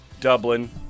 Dublin